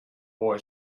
boy